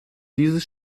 dieses